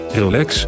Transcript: relax